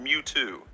Mewtwo